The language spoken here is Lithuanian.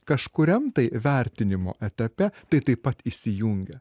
kažkuriam tai vertinimo etape tai taip pat įsijungia